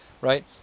Right